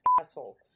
asshole